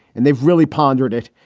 and they've really pondered it.